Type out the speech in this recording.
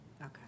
Okay